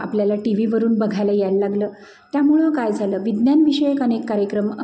आपल्याला टी व्हीवरून बघायला यायला लागलं त्यामुळं काय झालं विज्ञान विषयक अनेक कार्यक्रम